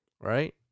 Right